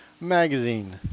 Magazine